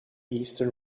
eastern